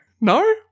No